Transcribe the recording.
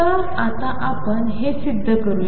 तर आता आपण हे सिद्ध करूया